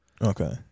Okay